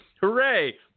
hooray